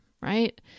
right